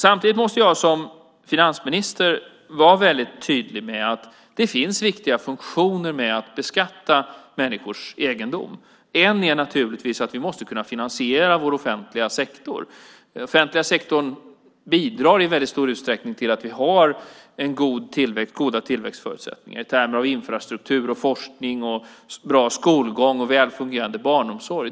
Samtidigt måste jag som finansminister vara väldigt tydlig med att det finns viktiga funktioner med att beskatta människors egendom. En är naturligtvis att vi måste kunna finansiera vår offentliga sektor. Den offentliga sektorn bidrar i väldigt stor utsträckning till att vi har goda tillväxtförutsättningar i termer av infrastruktur, forskning, bra skolgång och välfungerande barnomsorg.